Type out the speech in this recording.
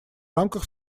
рамках